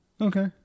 Okay